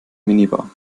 minibar